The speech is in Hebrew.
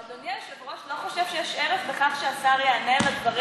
אדוני היושב-ראש לא חושב שיש ערך בכך שהשר יענה על הדברים,